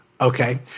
Okay